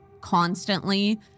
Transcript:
constantly